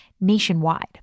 nationwide